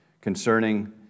concerning